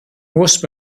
most